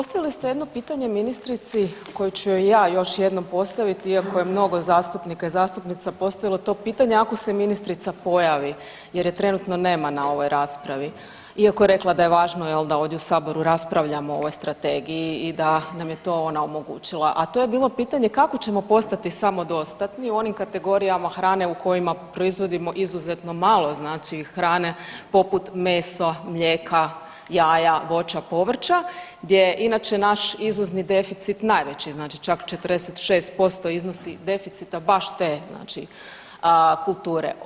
Postavili ste jedno pitanje ministrici koje ću joj ja još jednom postaviti iako je mnogo zastupnika i zastupnica postavilo to pitanje, ako se ministrica pojavi jer je trenutno nema na ovoj raspravi iako je rekla da je važno jel da ovdje u saboru raspravljamo o ovoj strategiji i da nam je to ona omogućila, a to je bilo pitanje kako ćemo postati samodostatni u onim kategorijama hrane u kojima proizvodimo izuzetno malo znači hrane poput meso, mlijeka, jaja, voća, povrća gdje je inače naš izvozni deficit najveći, znači čak 46% iznosi deficita baš te znači kulture.